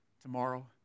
tomorrow